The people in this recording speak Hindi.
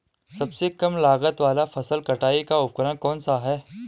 सबसे कम लागत वाला फसल कटाई का उपकरण कौन सा है?